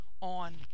on